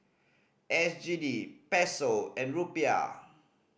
S G D Peso and Rupiah